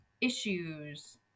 issues